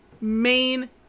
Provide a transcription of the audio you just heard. main